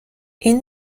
این